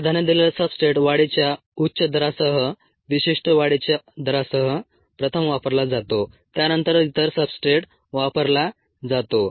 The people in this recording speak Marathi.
प्राधान्य दिलेला सब्सट्रेट वाढीच्या उच्च दरासह विशिष्ट वाढीच्या दरासह प्रथम वापरला जातो त्यानंतर इतर सब्सट्रेट वापरला जातो